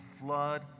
flood